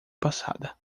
passada